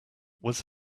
was